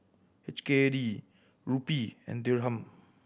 H K D Rupee and Dirham